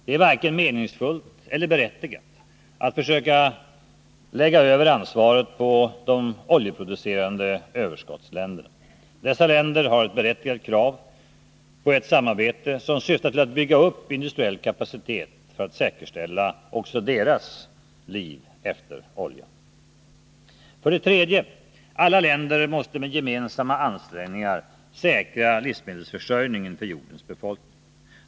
Det är varken meningsfullt eller berättigat att försöka lägga över ansvaret på de oljeproducerande överskottsländerna. Dessa länder har ett berättigat krav på ett samarbete, som syftar till att bygga upp industriell kapacitet för att säkerställa också deras ”liv efter oljan”. För det tredje: Alla länder måste med gemensamma ansträngningar säkra livsmedelsförsörjningen för jordens befolkning.